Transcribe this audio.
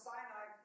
Sinai